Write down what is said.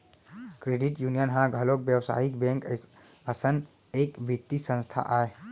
credit union ह घलोक बेवसायिक बेंक असन एक बित्तीय संस्था आय